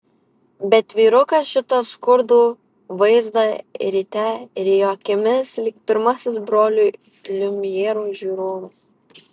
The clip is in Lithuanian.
bet vyrukas šitą skurdų vaizdą ryte rijo akimis lyg pirmasis brolių liumjerų žiūrovas